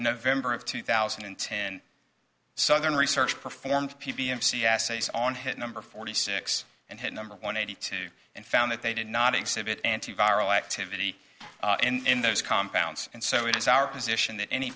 november of two thousand and ten southern research performed p b m c s a's on his number forty six and his number one eighty two and found that they did not exhibit antiviral activity in those compounds and so it is our position that any